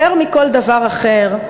יותר מכל דבר אחר,